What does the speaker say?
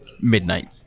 midnight